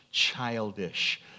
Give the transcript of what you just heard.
childish